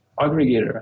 aggregator